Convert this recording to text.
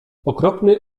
okropny